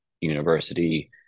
University